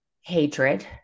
hatred